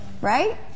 right